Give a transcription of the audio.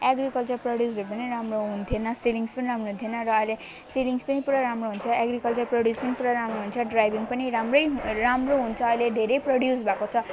agriculture प्रोड्युसहरू पनि राम्रो हुन्थिएन सेलिङ्स पनि राम्रो हुन्थिएन र अहिले सेलिङ्स पनि पुरा राम्रो हुन्छ एग्रिकल्चर प्रोड्युस पनि पुरा राम्रो हुन्छ ड्राइभिङ पनि राम्रै राम्रो हुन्छ अहिले धेरै प्रोड्युस भएको छ